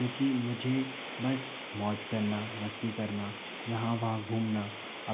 क्योंकि मुझे बस मौज करना मस्ती करना यहाँ वहाँ घूमना